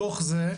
בתוך זה,